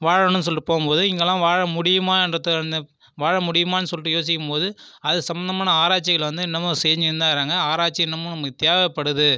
வாழணும்ன்னு சொல்லிட்டு போகும்போது இங்கேலாம் வாழ முடியுமான்றத வந்து வாழ முடியுமான்னு சொல்லிட்டு யோசிக்கும் போது அது சம்மந்தமான ஆராய்ச்சிகள் வந்து இன்னுமும் செஞ்சிகின்னுதான் இருக்கிறாங்க ஆராய்ச்சி இன்னுமும் நமக்கு தேவைப்படுது